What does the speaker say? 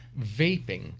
Vaping